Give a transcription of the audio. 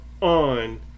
on